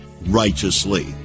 righteously